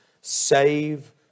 Save